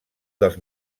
dels